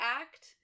act